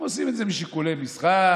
הם עושים את זה משיקולי מסחר,